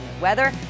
weather